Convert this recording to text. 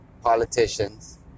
politicians